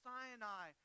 Sinai